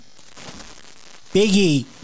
biggie